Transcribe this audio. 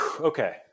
okay